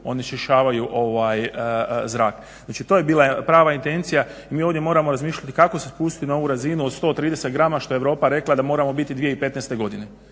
onečišćavaju zrak. Znači to je bila prava intencija i mi ovdje moramo razmišljati kakva se spustiti na ovu razinu od 130 grama što je Europa rekla da moramo biti 2015. godine,